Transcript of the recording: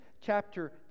chapter